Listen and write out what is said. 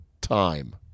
time